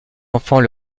enfants